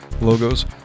logos